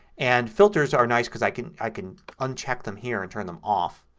and filters are nice because i can i can uncheck them here and turn them off.